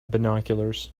binoculars